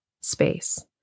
space